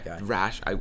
rash